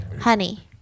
honey